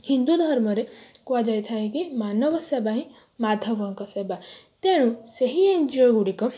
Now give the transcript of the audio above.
ହିନ୍ଦୁ ଧର୍ମରେ କୁହାଯାଇଥାଏ କି ମାନବ ସେବା ହିଁ ମାଧବଙ୍କ ସେବା ତେଣୁ ସେହି ଏନ୍ ଜି ଓ ଗୁଡ଼ିକ